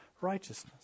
righteousness